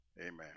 amen